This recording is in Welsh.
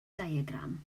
diagram